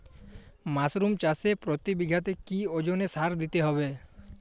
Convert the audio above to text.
Mushroom চাষে প্রতি বিঘাতে কি ওজনে সার দিতে হবে?